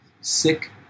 sick